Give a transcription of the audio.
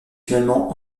finalement